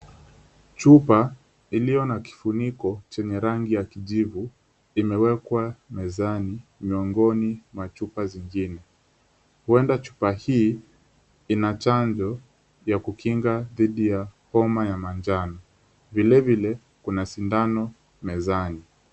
Chupa iliyo na kifuniko chenye rangi ya kijivu imewekwa mezani miongoni mwa chupa zingine. Huenda chupa hii ina chanjo ya kukinga dhidi ya homa ya manjano. Vilevile kuna sindano mezani.